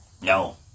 No